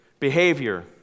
behavior